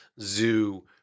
zoo